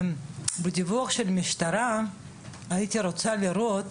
אני חושבת שבדיווח של המשטרה הייתי רוצה לראות